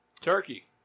Turkey